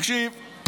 תקשיב.